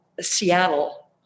Seattle